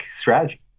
strategy